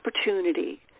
opportunity